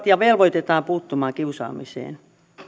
ja velvoitetaan puuttumaan kiusaamiseen